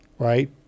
right